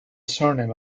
surname